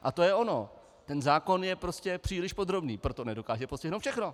A to je ono, ten zákon je prostě příliš podrobný, proto nedokáže postihnout všechno.